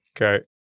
Okay